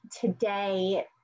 today